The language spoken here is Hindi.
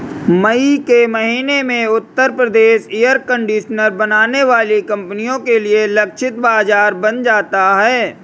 मई के महीने में उत्तर प्रदेश एयर कंडीशनर बनाने वाली कंपनियों के लिए लक्षित बाजार बन जाता है